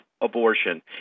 abortion